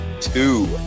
two